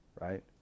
right